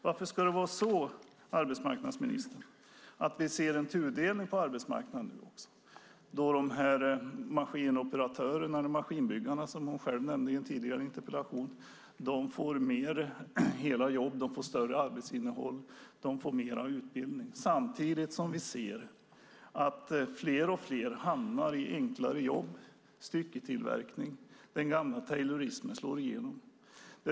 Varför ska det vara så, arbetsmarknadsministern, att vi nu också ser en tudelning på arbetsmarknaden? Maskinoperatörerna eller maskinbyggarna, som hon själv nämnde i en tidigare interpellation, får mer hela jobb, större arbetsinnehåll och mer utbildning, samtidigt som vi ser att fler och fler hamnar i enklare jobb i stycketillverkning. Den gamla Taylorismen slår igenom.